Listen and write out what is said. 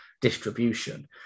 distribution